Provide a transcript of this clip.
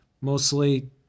mostly